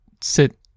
sit